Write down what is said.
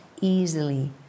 easily